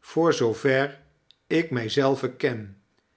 voor zoover ik mij zelven ken